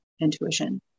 intuition